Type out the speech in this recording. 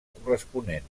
corresponent